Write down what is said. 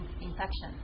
infection